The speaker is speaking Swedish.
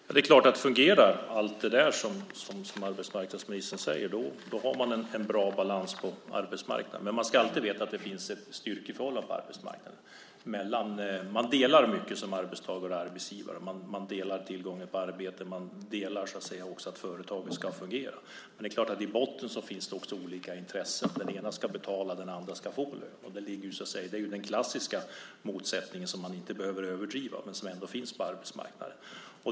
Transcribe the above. Fru talman! Det är klart att fungerar allt det som arbetsmarknadsministern säger har man en bra balans på arbetsmarknaden. Men man ska alltid veta att det finns ett styrkeförhållande på arbetsmarknaden. Man delar mycket som arbetstagare och arbetsgivare. Man delar tillgången på arbete. Man delar också att företaget ska fungera. Det är klart att det i botten också finns olika intressen. Den ena ska betala, den andra ska få. Det är den klassiska motsättning som man inte behöver överdriva men som ändå finns på arbetsmarknaden.